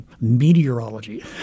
meteorology